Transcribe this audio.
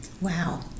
Wow